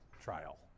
trial